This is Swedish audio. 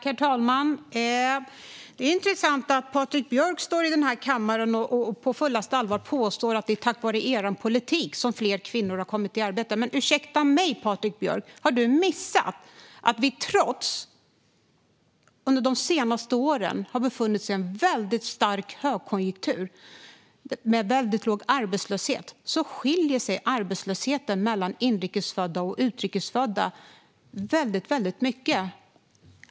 Herr talman! Det är intressant att Patrik Björck står i den här kammaren och på fullaste allvar påstår att det är tack vare er politik som fler kvinnor har kommit i arbete. Ursäkta mig, Patrik Björck - har du missat att trots att vi de senaste åren har befunnit oss i en väldigt stark högkonjunktur med väldigt låg arbetslöshet skiljer sig arbetslösheten mellan inrikesfödda och utrikesfödda väldigt mycket?